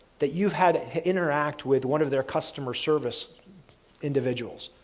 that you've had interact with one of their customer service individuals?